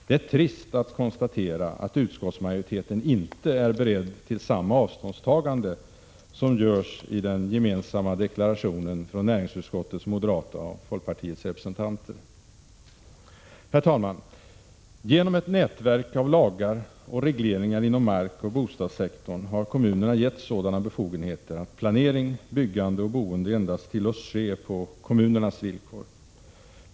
Det är trist att konstatera att utskottsmajoriteten inte är beredd att göra samma avståndstagande som näringsutskottets moderata och folkpartistiska representanter har gjort i den gemensamma deklarationen. Herr talman! Genom ett nätverk av lagar och regleringar inom markanvändningsoch bostadssektorn har kommunerna getts sådan befogenheter att planering, byggande och boende endast tillåts ske på kommunernas villkor.